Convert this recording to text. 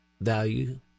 value